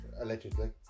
allegedly